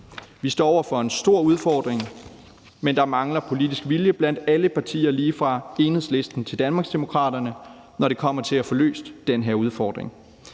Vi står over for en stor udfordring, men der mangler politisk vilje blandt alle partier lige fra Enhedslisten til Danmarksdemokraterne, når det kommer til at få løst den her udfordring.